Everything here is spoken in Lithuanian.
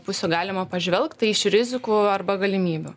pusių galima pažvelgt tai iš rizikų arba galimybių